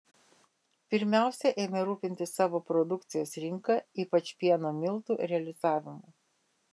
pirmiausia ėmė rūpintis savo produkcijos rinka ypač pieno miltų realizavimu